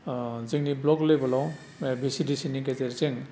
ओह जोंनि ब्लक लेभेलाव भिसिडिसिनि गेजेरजों